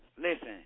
Listen